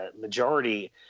majority